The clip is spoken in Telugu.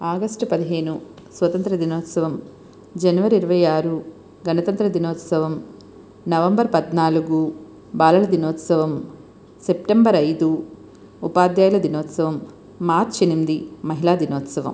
ఆగస్టు పదిహేను స్వతంత్ర దినోత్సవం జనవరి ఇరవై ఆరు గణతంత్ర దినోత్సవం నవంబర్ పద్నాలుగు బాలల దినోత్సవం సెప్టెంబర్ ఐదు ఉపాధ్యాయుల దినోత్సవం మార్చి ఎనిమిది మహిళా దినోత్సవం